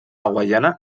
guaiana